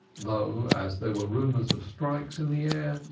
though, as there were rumors of strikes in the air,